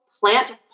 Plant